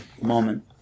Moment